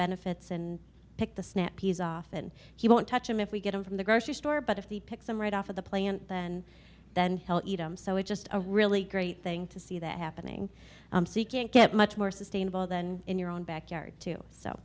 benefits and pick the snap peas often he won't touch them if we get him from the grocery store but if he picks them right off of the plant then then hell eat i'm so it's just a really great thing to see that happening get much more sustainable than in your own backyard too so